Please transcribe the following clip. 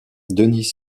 denis